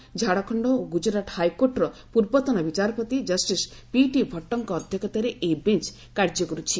ବର୍ତ୍ତମାନ ଝାଡଖଣ୍ଡ ଓ ଗୁଜରାଟ ହାଇକୋର୍ଟର ପୂର୍ବତନ ବିଚାରପତି ଜଷ୍ଟିସ ପିଟି ଭଟ୍ଟଙ୍କ ଅଧ୍ୟକ୍ଷତାରେ ଏହି ବେଞ୍ଚ କାର୍ଯ୍ୟ କରୁଛି